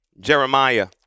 Jeremiah